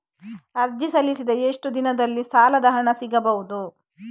ಅರ್ಜಿ ಸಲ್ಲಿಸಿದ ಎಷ್ಟು ದಿನದಲ್ಲಿ ಸಾಲದ ಹಣ ಸಿಗಬಹುದು?